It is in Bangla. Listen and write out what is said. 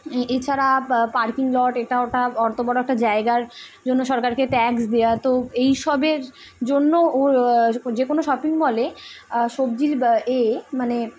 এছাড়া পার্কিং লট এটা ওটা অত বড়ো একটা জায়গার জন্য সরকারকে ট্যাক্স দেয়া তো এইসবের জন্য ও যে কোনো শপিং মলে সবজির এ মানে